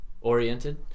oriented